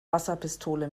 wasserpistole